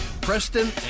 preston